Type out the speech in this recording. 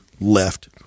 left